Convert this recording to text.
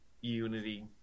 unity